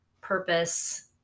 purpose